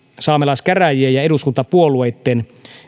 saamelaiskäräjien ja eduskuntapuolueitten